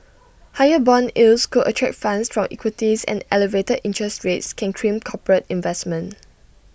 higher Bond yields could attract funds from equities and elevated interest rates can crimp corporate investment